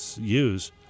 use